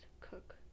cook